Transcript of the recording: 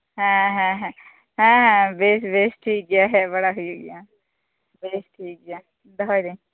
ᱦᱮᱸ ᱦᱮᱸ ᱦᱮᱸ ᱵᱮᱥ ᱵᱮᱥ ᱴᱷᱤᱠᱜᱮᱭᱟ ᱦᱮᱡᱵᱟᱲᱟ ᱦᱩᱭᱩᱜ ᱜᱮᱭᱟ ᱵᱮᱥᱴᱷᱤᱠᱜᱮᱭᱟ ᱫᱷᱚᱦᱚᱭᱫᱟᱹᱧ